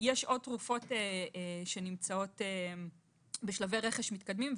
יש עוד תרופות שנמצאות בשלבי רכש מתקדמים,